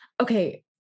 Okay